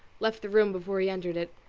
left the room before he entered it.